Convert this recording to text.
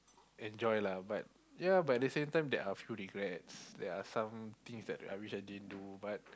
enjoy lah but there are few regrets I wish there was somethings that I wish I didn't do but